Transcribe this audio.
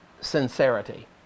sincerity